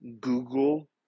Google